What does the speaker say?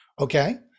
Okay